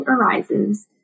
arises